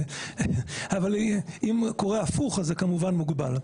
אבל אם קורה הפוך, אז זה כמובן מוגבל.